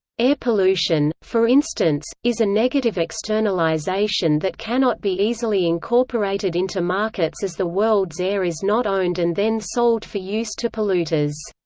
air pollution, for instance, is a negative externalisation that cannot be easily incorporated into markets as the world's air is not owned and then sold for use to polluters.